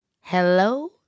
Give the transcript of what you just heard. Hello